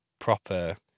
Proper